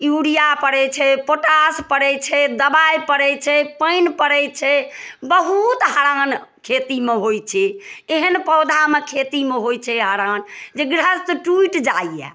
urea पड़ै छै potash पड़ै छै दबाइ पड़ै छै पानि पड़ै छै बहुत हरान खेतीमे होइ छै एहन पौधामे खेतीमे होइ छै हरान जे गृहस्थ टूटि जाइए